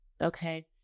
Okay